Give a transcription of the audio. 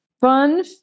fun